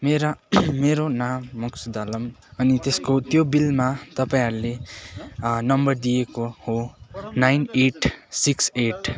मेरा मेरो नाम मक्सुद आलाम अनि त्यसको त्यो बिलमा तपाईँहरूले नम्बर दिएको हो नाइन एट सिक्स एट